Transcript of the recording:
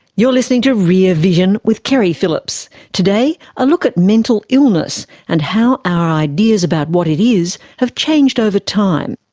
you're listening to rear vision with keri phillips. today a look at mental illness and how our ideas about what it is have changed over time.